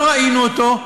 כשלא ראינו אותו.